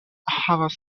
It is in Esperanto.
havas